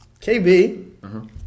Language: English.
KB